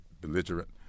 belligerent